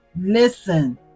listen